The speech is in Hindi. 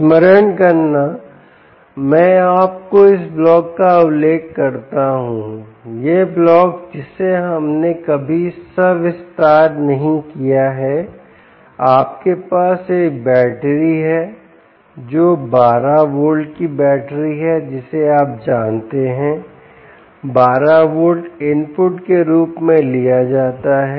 स्मरण करना मै आपको इस ब्लॉक का उल्लेख करता हूं यह ब्लॉक जिसे हमने कभी सविस्तार नहीं किया है आपके पास एक बैटरी है जो 12 वोल्ट की बैटरी है जिसे आप जानते हैं 12 वोल्ट इनपुट के रूप में लिया जाता है